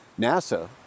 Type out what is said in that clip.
NASA